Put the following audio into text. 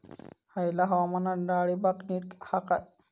हयला हवामान डाळींबाक नीट हा काय?